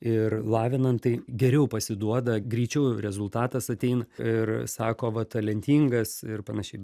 ir lavinant tai geriau pasiduoda greičiau rezultatas ateina ir sako va talentingas ir panašiai